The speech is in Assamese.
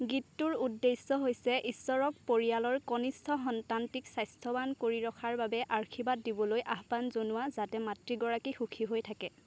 গীতটোৰ উদ্দেশ্য হৈছে ঈশ্বৰক পৰিয়ালৰ কনিষ্ঠ সন্তানটিক স্বাস্থ্যৱান কৰি ৰখাৰ বাবে আশীৰ্বাদ দিবলৈ আহ্বান জনোৱা যাতে মাতৃগৰাকী সুখী হৈ থাকে